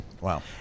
Wow